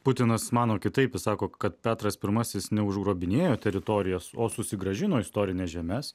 putinas mano kitaip jis sako kad petras pirmasis neužgrobinėjo teritorijas o susigrąžino istorines žemes